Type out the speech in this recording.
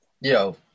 Yo